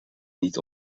niet